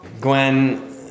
Gwen